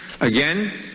Again